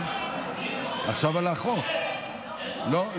התשפ"ג 2023,